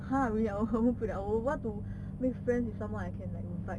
!huh! really ah I will cover 不 liao I will want to make friends with someone I can like invite